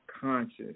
conscious